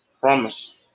Promise